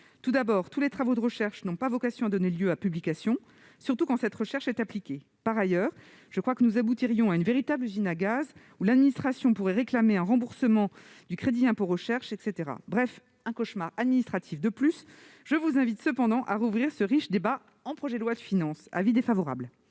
Tout d'abord, tous les travaux de recherche n'ont pas vocation à donner lieu à publication, surtout quand cette recherche est appliquée. Ensuite, je crois que nous aboutirions à une véritable usine à gaz, qui permettrait à l'administration de réclamer un remboursement du crédit d'impôt recherche. Bref, un cauchemar administratif de plus ! Je vous invite cependant à rouvrir ce riche débat lors de l'examen du projet de loi de finances. Avis défavorable.